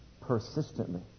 persistently